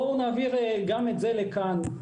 בואו נעביר גם את זה לכאן.